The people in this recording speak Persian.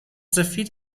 سفید